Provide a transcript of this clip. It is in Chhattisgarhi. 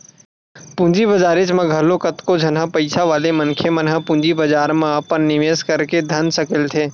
पूंजी बजारेच म घलो कतको झन पइसा वाले मनखे मन ह पूंजी बजार म अपन निवेस करके धन सकेलथे